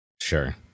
sure